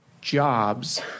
jobs